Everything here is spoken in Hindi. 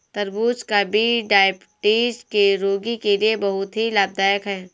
तरबूज का बीज डायबिटीज के रोगी के लिए बहुत ही लाभदायक है